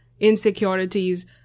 insecurities